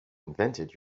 invented